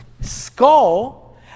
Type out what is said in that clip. skull